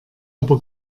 aber